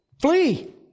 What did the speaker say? Flee